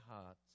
hearts